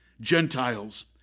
Gentiles